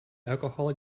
alcoholic